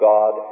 God